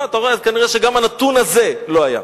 אז כנראה גם הנתון הזה לא היה.